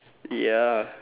ya